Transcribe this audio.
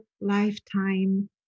lifetime